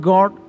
God